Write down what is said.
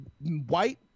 white